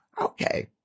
Okay